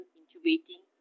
intubating